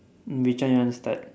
which one you want to start